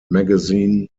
magazine